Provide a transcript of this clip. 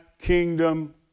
kingdom